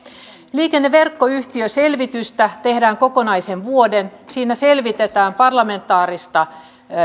liikenneverkkoyhtiöselvitystä tehdään kokonaisen vuoden siinä selvitetään parlamentaarista